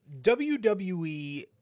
WWE